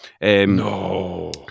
No